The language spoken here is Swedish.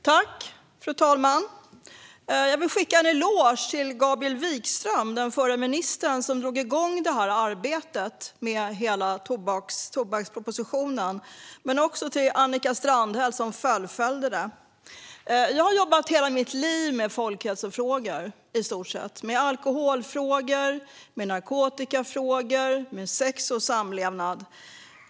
Fru talman! Jag vill ge en eloge till Gabriel Wikström, den förre ministern, som drog i gång arbetet med hela tobakspropositionen, men också till Annika Strandhäll, som fullföljde arbetet. Jag har jobbat med folkhälsofrågor i stort sett i hela mitt liv. Det gäller alkoholfrågor, narkotikafrågor och frågor om sex och samlevnad.